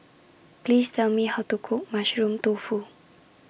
Please Tell Me How to Cook Mushroom Tofu